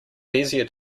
bezier